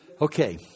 Okay